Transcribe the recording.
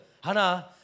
Hana